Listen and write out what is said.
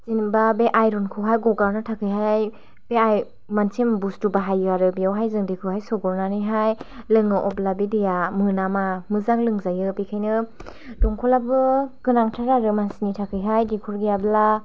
जेनोबा बे आइरनखौहाइ गगानो थाखाइ हाइ बे आइ मोनसे बुस्थु बाहाइयो आरो बेवहाय जों दैखौ हाइ सोब्रनानैहाइ लोङो अब्ला बे दैआ मोनामा मोजाङै लोंजायो बेखाइनो दमकलाबो गोनांथार आरो मानसिनि थाखाइहाइ दैखर गैयाब्ला